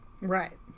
right